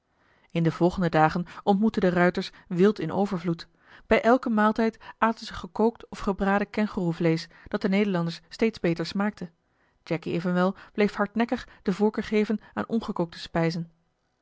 in de volgende dagen ontmoetten de ruiters wild in overvloed bij elken maaltijd aten ze gekookt of gebraden kengoeroevleesch dat den nederlanders steeds beter smaakte jacky evenwel bleef hardnekkig de voorkeur geven aan ongekookte spijzen